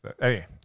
Hey